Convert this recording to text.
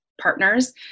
partners